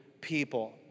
people